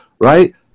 right